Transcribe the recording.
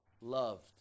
loved